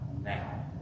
now